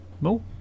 Mo